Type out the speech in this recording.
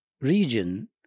region